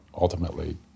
Ultimately